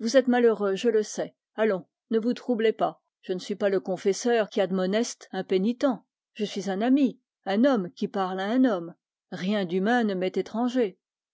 vous êtes malheureux je le sais allons ne vous troublez pas je ne suis pas le confesseur qui admoneste un pénitent je suis un homme qui parle à un homme un chrétien peut dire comme le poète antique rien d'humain ne m'est étranger